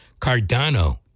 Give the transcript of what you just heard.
Cardano